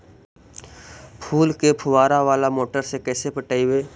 फूल के फुवारा बाला मोटर से कैसे पटइबै?